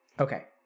Okay